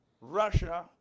Russia